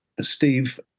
Steve